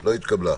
לא התקבלה.